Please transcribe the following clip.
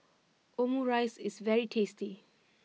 Omurice is very tasty